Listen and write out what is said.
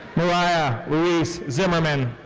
moriah louise zimmerman.